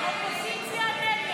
סעיף 04,